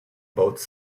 both